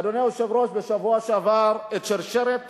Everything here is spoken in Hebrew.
אדוני היושב-ראש, בשבוע שעבר, את שרשרת